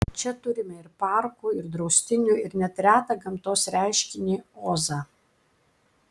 čia turime ir parkų ir draustinių ir net retą gamtos reiškinį ozą